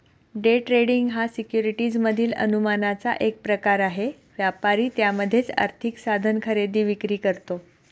day trading हा securities मधील अनुमानाचा एक प्रकार आहे, व्यापारी त्यामध्येच आर्थिक साधन खरेदी विक्री करतो